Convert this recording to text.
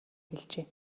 хэлжээ